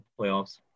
playoffs